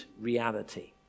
reality